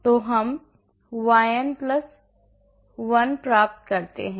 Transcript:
तो हम yn 1 प्राप्त करते हैं